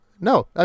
No